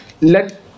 let